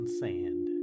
sand